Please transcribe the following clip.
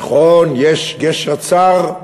נכון, יש גשר צר,